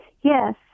Yes